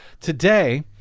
today